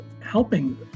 helping